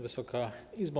Wysoka Izbo!